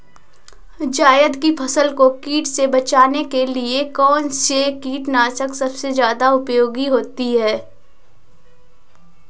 जायद की फसल को कीट से बचाने के लिए कौन से कीटनाशक सबसे ज्यादा उपयोगी होती है?